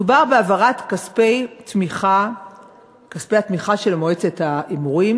מדובר בהעברת כספי התמיכה של מועצת ההימורים